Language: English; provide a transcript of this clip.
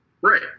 Right